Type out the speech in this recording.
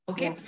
Okay